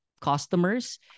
customers